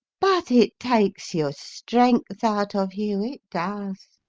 but it takes your strength out of you, it does.